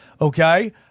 Okay